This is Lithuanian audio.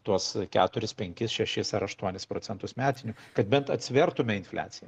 tuos keturis penkis šešis ar aštuonis procentus metinių kad bent atsvertume infliaciją